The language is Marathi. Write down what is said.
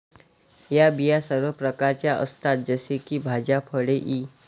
या बिया सर्व प्रकारच्या असतात जसे की भाज्या, फळे इ